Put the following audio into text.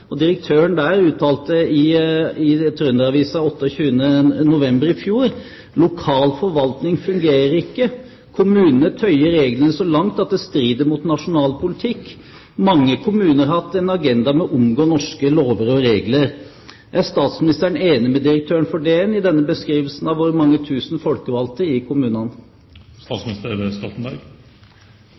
og direktøren har ifølge Trønder-Avisa 28. november 2008 uttalt at lokal forvaltning ikke fungerer, at kommunene tøyer reglene så langt at det strider mot nasjonal politikk, og at mange kommuner har hatt en agenda med å omgå norske lover og regler. Er statsministeren enig med direktøren for Direktoratet for naturforvaltning i denne beskrivelsen av våre mange tusen folkevalgte i kommunene?